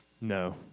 No